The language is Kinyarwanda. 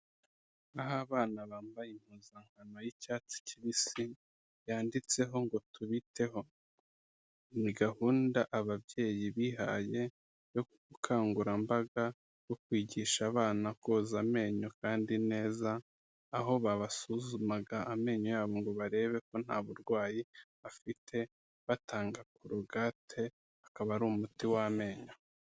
Aho abana bambaye impuzankano y'icyatsi kibisi yanditseho ngo tubiteho. Ni gahunda ababyeyi bihaye y'ubukangurambaga bwo kwigisha abana koza amenyo kandi neza aho babasuzumaga amenyo yabo ngo barebe ko nta burwayi afite batanga korogate, akaba ari umuti w'amenyo.